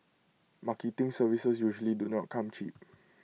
marketing services usually do not come cheap